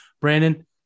brandon